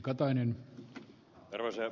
arvoisa puhemies